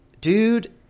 dude